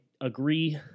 agree